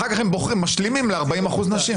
אחר כך הם משלימים ל-40% נשים.